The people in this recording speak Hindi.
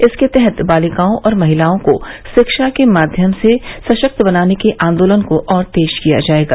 इसके तहत बालिकाओं और महिलाओं को शिक्षा के माध्यम से सशक्त बनाने के आंदोलन को और तेज किया जाएगा